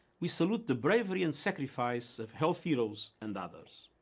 we salute the bravery and sacrifice of health heroes and others.